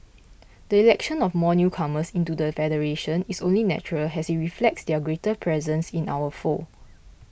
the election of more newcomers into the federation is only natural as it reflects their greater presence in our fold